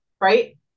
right